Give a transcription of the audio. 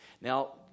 Now